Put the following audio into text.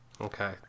Okay